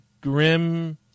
grim